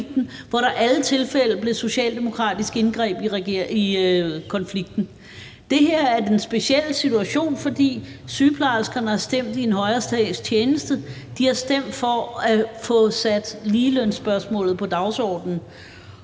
kom i alle tilfælde et socialdemokratisk indgreb i konflikten. Det her er en speciel situation, fordi sygeplejerskerne har stemt i en højere sags tjeneste: De har stemt for at få sat ligelønsspørgsmålet på dagsordenen.